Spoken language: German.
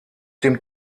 dem